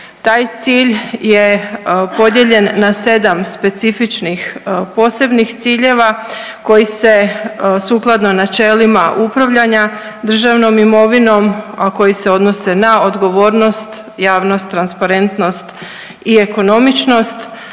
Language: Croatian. Taj cilj je podijeljen na 7 specifičnih posebnih ciljeva koji se sukladno načelima upravljanja državnom imovinom, a koji se odnose na odgovornost, javnost, transparentnost i ekonomičnost